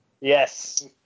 Yes